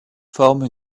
forme